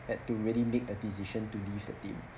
had to really make a decision to leave the team